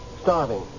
starving